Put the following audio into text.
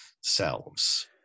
selves